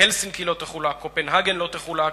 הלסינקי לא תחולק וקופנהגן לא תחולק.